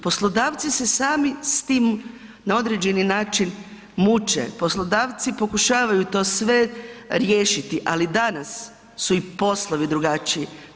Poslodavci se sami s tim na određeni način muče, poslodavci pokušavaju to sve riješiti, ali danas su i poslovi drugačiji.